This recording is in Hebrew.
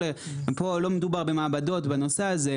פה לא מדובר במעבדות בנושא הזה,